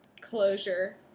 closure